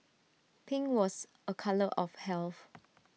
pink was A colour of health